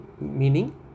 meaning